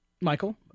Michael